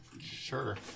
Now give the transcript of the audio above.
Sure